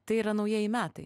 tai yra naujieji metai